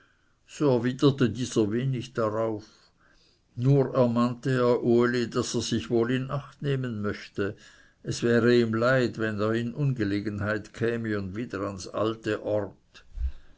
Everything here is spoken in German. so erwiderte dieser wenig darauf nur ermahnte er uli daß er sich wohl in acht nehmen möchte es wäre ihm leid wenn er in ungelegenheit käme und wieder ans alte ort